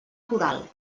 coral